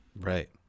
right